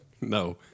No